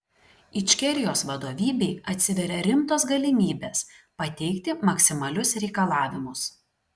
ičkerijos vadovybei atsiveria rimtos galimybės pateikti maksimalius reikalavimus